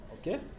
Okay